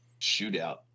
shootout